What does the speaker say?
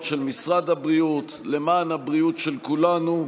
של משרד הבריאות למען הבריאות של כולנו.